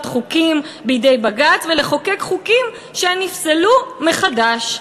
חוקים בידי בג"ץ ולחוקק חוקים שנפסלו מחדש.